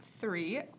three